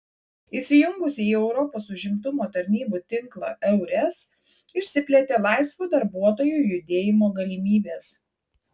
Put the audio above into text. įsijungus į europos užimtumo tarnybų tinklą eures išsiplėtė laisvo darbuotojų judėjimo galimybės